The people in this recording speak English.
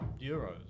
euros